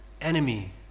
enemy